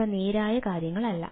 ഇവ നേരായ കാര്യങ്ങളല്ല